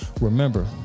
Remember